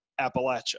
Appalachia